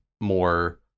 more